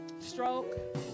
Stroke